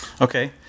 Okay